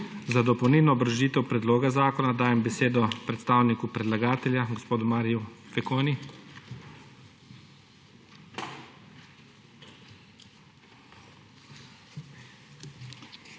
Za dopolnilno obrazložitev predloga zakona dajem besedo predstavniku predlagatelja gospodu Mariu Fekonji.